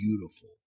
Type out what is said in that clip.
beautiful